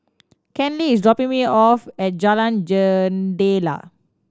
Kenley is dropping me off at Jalan Jendela